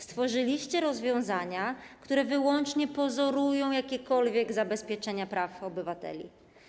Stworzyliście rozwiązania, które wyłącznie pozorują jakiekolwiek zabezpieczenia praw obywateli.